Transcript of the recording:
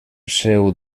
seu